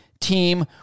team